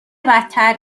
بدتر